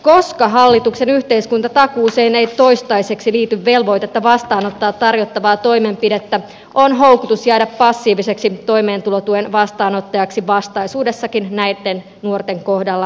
koska hallituksen yhteiskuntatakuuseen ei toistaiseksi liity velvoitetta vastaanottaa tarjottavaa toimenpidettä on houkutus jäädä passiiviseksi toimeentulotuen vastaanottajaksi vastaisuudessakin näitten nuorten kohdalla liian suuri